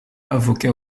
avocat